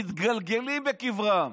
מתגלגלים בקברם.